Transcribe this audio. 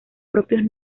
propios